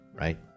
Right